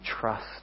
trust